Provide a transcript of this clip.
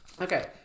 Okay